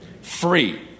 free